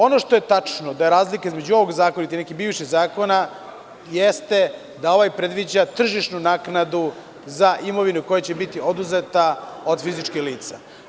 Ono što je tačno da je razlika između ovog zakona i nekih bivših zakona jeste da ovaj predviđa tržišnu naknadu za imovinu koja će biti oduzeta od fizičkih lica.